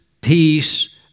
peace